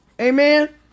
Amen